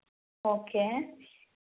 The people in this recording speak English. okay